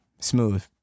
smooth